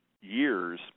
years